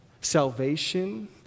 salvation